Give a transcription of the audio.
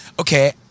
okay